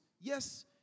Yes